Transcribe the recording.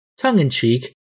tongue-in-cheek